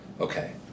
Okay